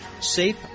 safe